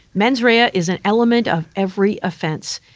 menswear is an element of every offense.